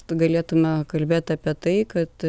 galėtumėme kalbėti apie tai kad